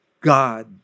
God